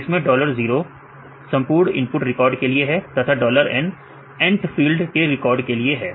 इसमें डॉलर 0 संपूर्ण input record के लिए है तथा डॉलर n nth फील्ड के रिकॉर्ड के लिए है